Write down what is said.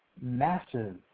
massive